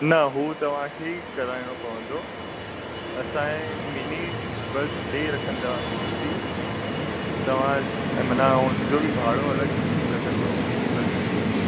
न हू तव्हांखे ई कराइणो पवंदो असांजे मिनी बस ॾेइ रखंदासीं तव्हां मनां हुनजो बि भाड़ो अलॻि लगंदो मिनी बस जो